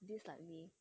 this like me